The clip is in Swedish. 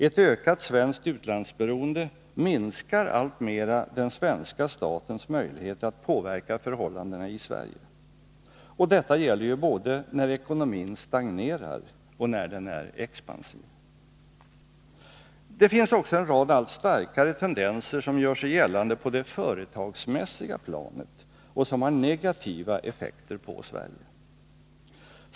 Ett ökat svenskt utlandsberoende minskar alltmer den svenska statens möjligheter att påverka förhållandena i Sverige. Och detta gäller ju både när ekonomin stagnerar och när den är expansiv. Det finns också en rad allt starkare tendenser som gör sig gällande på det företagsmässiga planet och som har negativa effekter på Sverige.